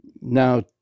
now